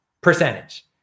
percentage